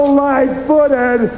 light-footed